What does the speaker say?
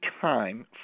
time